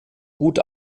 gut